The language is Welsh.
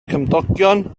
cymdogion